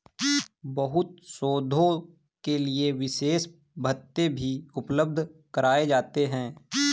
बहुत से शोधों के लिये विशेष भत्ते भी उपलब्ध कराये जाते हैं